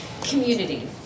community